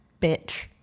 bitch